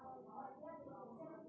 सलाना सैकड़ा दर से तोंय की समझै छौं